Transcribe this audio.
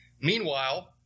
Meanwhile